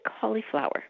cauliflower